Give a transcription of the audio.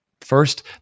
First